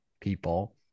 people